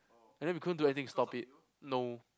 and then we couldn't do anything to stop it no